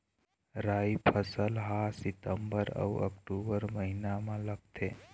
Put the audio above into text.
राई फसल हा सितंबर अऊ अक्टूबर महीना मा लगथे